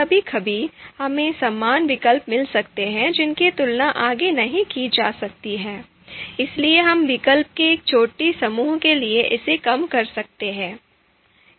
कभी कभी हमें समान विकल्प मिल सकते हैं जिनकी तुलना आगे नहीं की जा सकती है इसलिए हम विकल्प के एक छोटे समूह के लिए इसे कम कर सकते हैं